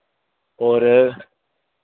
और